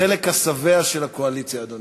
החלק השבע של הקואליציה,